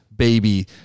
baby